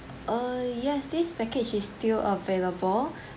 uh yes this package is still available